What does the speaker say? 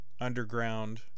underground